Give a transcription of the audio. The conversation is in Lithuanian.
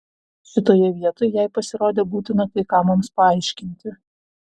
šitoje vietoj jai pasirodė būtina kai ką mums paaiškinti